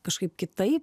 kažkaip kitaip